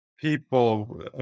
people